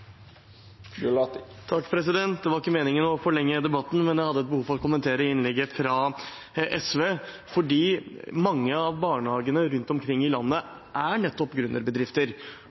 Det var ikke meningen å forlenge debatten, men jeg har behov for å kommentere innlegget fra SV. Mange av barnehagene rundt omkring i landet er nettopp